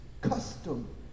custom